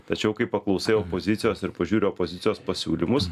tačiau kai paklausai opozicijos ir pažiūriu opozicijos pasiūlymus